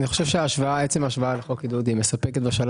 שאלה כללית לגבי ההצעה הזאת שחל עליה דין רציפות משנה